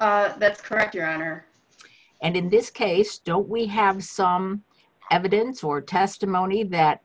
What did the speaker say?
correct that's correct your honor and in this case don't we have some evidence or testimony that